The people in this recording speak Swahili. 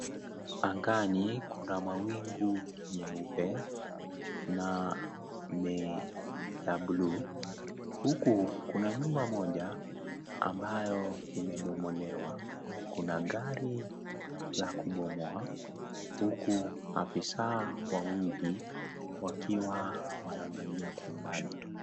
Angani kuna mawingu nyeupe na blue , huku kuna nyumba moja ambayo imebomolewa kuna gari la kubomoa huku afisa wawili wakiwa wanaangalia kwa umbali.